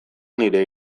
nire